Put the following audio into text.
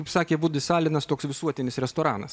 kaip sakė vudis alenas toks visuotinis restoranas